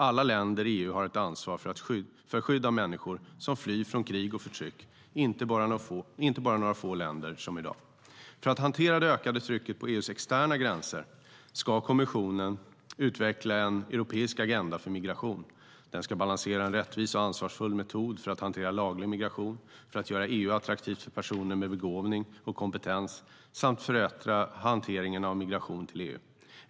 Alla länder i EU har ett ansvar för skydd av människor som flyr från krig och förtryck, inte bara några få länder som i dag. För att hantera det ökade trycket på EU:s externa gränser ska kommissionen utveckla en europeisk agenda för migration. Den ska balansera en rättvis och ansvarsfull metod för att hantera laglig migration, för att göra EU attraktivt för personer med begåvning och kompetens, samt förbättra hanteringen av migration till EU.